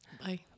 bye